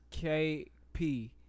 KP